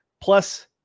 plus